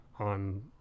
on